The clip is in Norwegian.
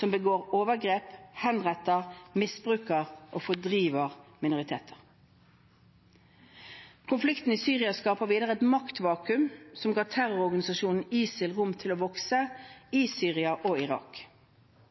som begår overgrep, henretter, misbruker og fordriver minoriteter. Konflikten i Syria skaper videre et maktvakuum som ga terrororganisasjonen ISIL rom til å vokse i Syria og Irak.